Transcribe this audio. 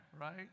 right